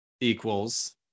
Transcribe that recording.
equals